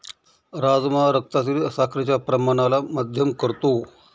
राजमा रक्तातील साखरेच्या प्रमाणाला मध्यम करतो